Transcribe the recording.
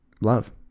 love